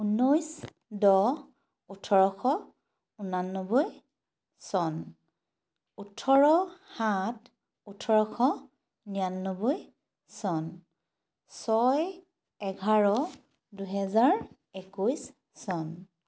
ঊনৈছ দহ ওঠৰশ ঊনান্নব্বৈ চন ওঠৰ সাত ওঠৰশ নিৰান্নব্বৈ চন ছয় এঘাৰ দুহেজাৰ একৈছ চন